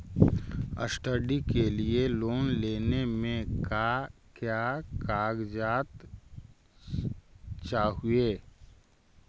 Study के लिये loan लेने मे का क्या कागजात चहोये?